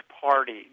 party